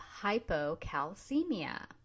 hypocalcemia